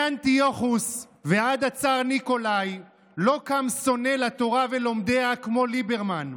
מאנטיוכוס ועד הצאר ניקולאי לא קם שונא לתורה ולומדיה כמו ליברמן,